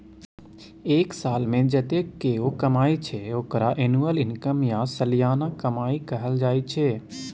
एक सालमे जतेक केओ कमाइ छै ओकरा एनुअल इनकम या सलियाना कमाई कहल जाइ छै